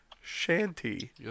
Shanty